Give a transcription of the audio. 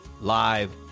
live